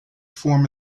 form